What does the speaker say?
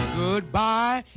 goodbye